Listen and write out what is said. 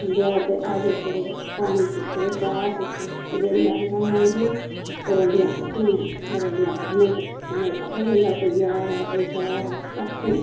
उन्दे अग्गै हाजर करो पानी पुच्छो चाह् पुच्छो ते जेह्ड़ी अज्ज कल्ल आई दियां ओह् रौहंदियां सुत्ती दियां जां रौहंदियां फोने च उनेंगी पता नी होंदा कोई आ दा कोई जा दा कक्ख नी